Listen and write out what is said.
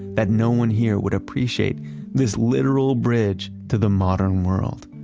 that no one here would appreciate this literal bridge to the modern world.